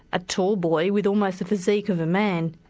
a tall boy with almost the physique of a man.